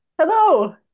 Hello